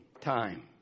time